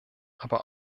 aber